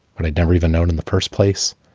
but i'd never even known in the first place.